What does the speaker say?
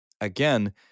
again